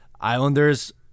Islanders